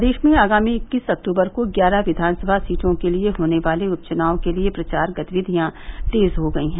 प्रदेश में आगामी इक्कीस अक्टूबर को ग्यारह विधानसभा सीटों के लिये होने वाले उपचुनाव के लिए प्रचार गतिविधियां तेज हो गयी हैं